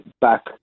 back